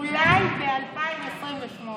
אולי ב-2028.